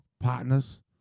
partners